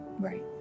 Right